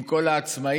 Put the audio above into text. עם כל העצמאים?